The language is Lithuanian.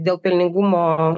dėl pelningumo